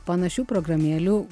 panašių programėlių